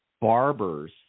barbers